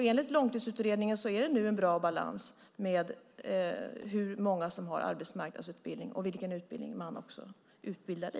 Enligt Långtidsutredningen är det nu en bra balans mellan hur många som går i arbetsmarknadsutbildning och vilka yrken man utbildar i.